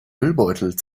müllbeutel